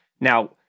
now